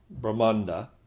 Brahmanda